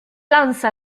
lance